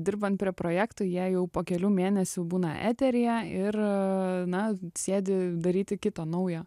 dirbant prie projektų jie jau po kelių mėnesių būna eteryje ir na sėdi daryti kito naujo